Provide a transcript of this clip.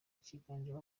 kiganjemo